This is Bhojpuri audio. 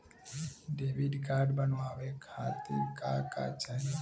डेबिट कार्ड बनवावे खातिर का का चाही?